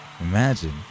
Imagine